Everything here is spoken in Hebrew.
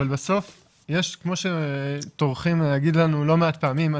אבל בסוף יש כמו שטורחים להגיד לנו לא מעט פעמים,